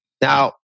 Now